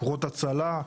כוחות הצלה,